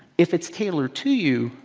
if it's tailored to you,